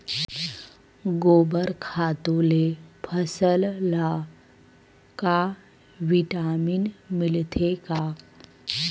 गोबर खातु ले फसल ल का विटामिन मिलथे का?